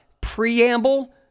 preamble